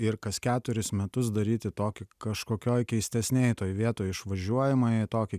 ir kas keturis metus daryti tokį kažkokioj keistesnėj toj vietoj išvažiuojama į tokį